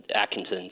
Atkinson